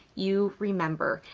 you remember,